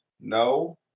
No